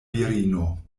virino